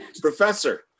Professor